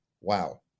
wow